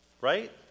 right